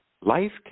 life